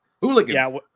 Hooligans